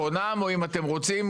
פקודת המשטרה או איך שזה נקרא,